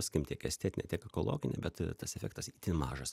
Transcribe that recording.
skim tiek estetine tiek ekologine bet tas efektas itin mažas